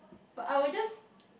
but I will just